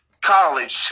college